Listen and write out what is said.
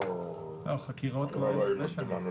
אוווו, --- חקירות כבר אין הרבה שנים.